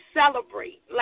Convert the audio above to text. celebrate